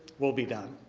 we'll be done.